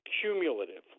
cumulatively